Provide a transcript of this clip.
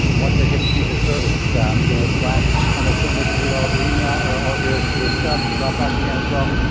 once it hits people servers, so um you know slack almost certainly can read all of your your e-mail, or all of your your stuff, dropbox can as well.